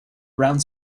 around